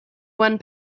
one